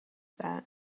that